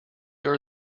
are